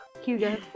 Hugo